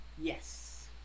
Yes